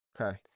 okay